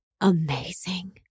amazing